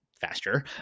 faster